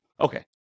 Okay